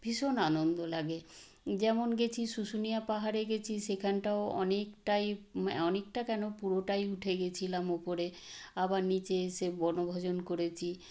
ভীষণ আনন্দ লাগে যেমন গেছি শুশুনিয়া পাহাড়ে গেছি সেখানটাও অনেকটাই অনেকটা কেনো পুরোটাই উঠে গেছিলাম ওপরে আবার নীচে এসে বনভোজন করেছি